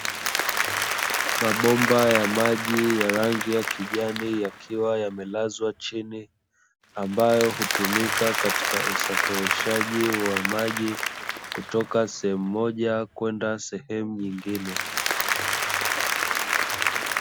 Mabomba ya maji ya rangi ya kijani yakiwa yamelazwa chini, ambayo hutumika katika usafirishaji wa maji kutoka sehemu moja kwenda sehemu nyingine.